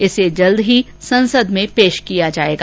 इसे जल्द संसद में पेश किया जाएगा